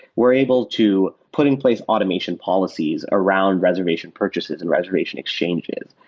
we're able to put in place automation policies around reservation purchases and reservation exchanges.